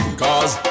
cause